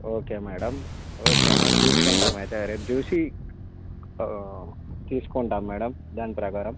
okay madam okay madam తీసుకుంటాం అయితే రేపు చూసి తీసుకుంటాం మేడం దాని ప్రకారం